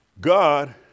God